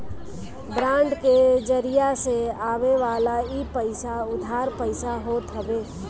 bond के जरिया से आवेवाला इ पईसा उधार पईसा होत हवे